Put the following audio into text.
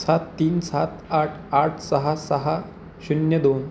सात तीन सात आठ आठ सहा सहा शून्य दोन